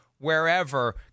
wherever